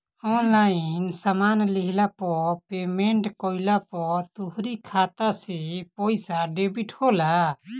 online सामान लेहला पअ पेमेंट कइला पअ तोहरी खाता से पईसा डेबिट होला